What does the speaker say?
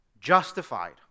Justified